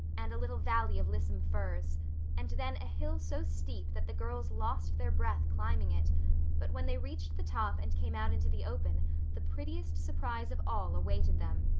and a little valley of lissome firs and then a hill so steep that the girls lost their breath climbing it but when they reached the top and came out into the open the prettiest surprise of all awaited them.